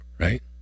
Right